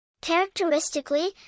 Characteristically